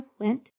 went